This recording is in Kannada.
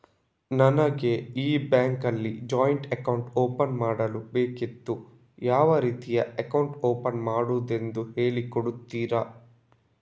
ನನಗೆ ಈ ಬ್ಯಾಂಕ್ ಅಲ್ಲಿ ಜಾಯಿಂಟ್ ಅಕೌಂಟ್ ಓಪನ್ ಮಾಡಲು ಬೇಕಿತ್ತು, ಯಾವ ರೀತಿ ಅಕೌಂಟ್ ಓಪನ್ ಮಾಡುದೆಂದು ಹೇಳಿ ಕೊಡುತ್ತೀರಾ?